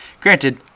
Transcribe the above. Granted